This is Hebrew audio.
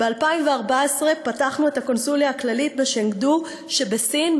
ב-2014 פתחנו את הקונסוליה הכללית בצ'נגדו שבסין,